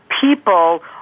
people